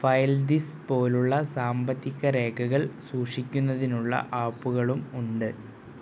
ഫയല്ദിസ് പോലുള്ള സാമ്പത്തിക രേഖകൾ സൂക്ഷിക്കുന്നതിനുള്ള ആപ്പ്കളും ഉണ്ട്